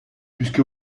puisque